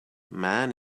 man